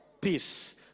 peace